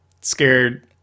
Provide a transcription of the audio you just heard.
scared